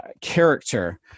character